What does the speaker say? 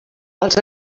els